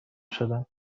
شدم